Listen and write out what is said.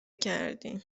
کردیم